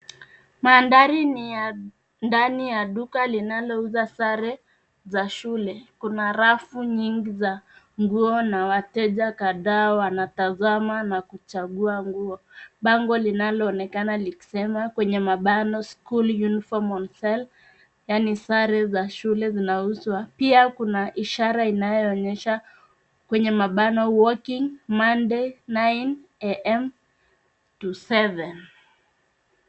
Mandhari ni ya ndani ya duka linalouza sare za shule. Kuna rafu nyingi za nguo na wateja kadhaa wanatazama na kuchagua nguo. Bango linaloonekana likisema kwenye mabano school uniform on sale yaani sare za shule zinauza. Pia kuna ishara inaonyesha kwenye mabano working Monday 9AM to 7 .